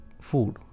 food